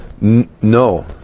No